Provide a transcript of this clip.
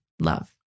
love